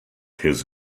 his